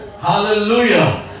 Hallelujah